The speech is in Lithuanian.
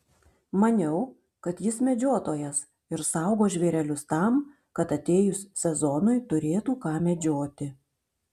maniau kad jis medžiotojas ir saugo žvėrelius tam kad atėjus sezonui turėtų ką medžioti